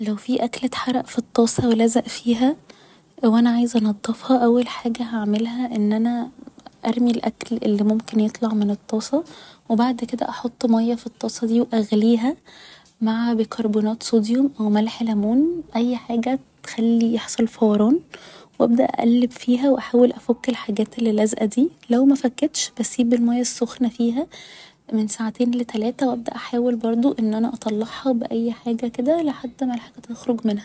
لو في اكل أتحرق في الطاسة و لزق فيها وانا عايزة انضفها اول حاجة هعملها ان أنا ارمي الأكل اللي ممكن يطلع من الطاسة و بعد كده احط مياه في الطاسة دي و أغليها مع بيكربونات صوديوم او ملح لمون اي حاجة تخلي يحصل فوران و ابدأ اقلب فيها و احاول أفك الحاجات اللي اللزقة دي لو مفكتش بسيب المياه السخنة فيها من ساعتين لتلاتة و ابدأ احاول برضه ان أنا اطلعها بأي حاجة كده لحد ما الحاجة تخرج منها